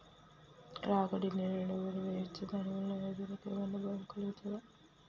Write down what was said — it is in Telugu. రాగడి నేలలో వరి వేయచ్చా దాని వల్ల రైతులకు ఏమన్నా భయం కలుగుతదా?